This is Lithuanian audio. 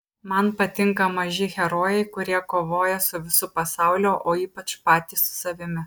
man patinka maži herojai kurie kovoja su visu pasauliu o ypač patys su savimi